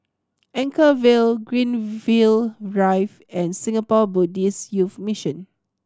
Anchorvale Greenfield Drive and Singapore Buddhist Youth Mission